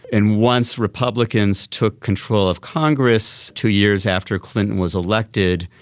and once republicans took control of congress two years after clinton was elected,